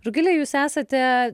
rugile jūs esate